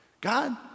God